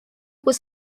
was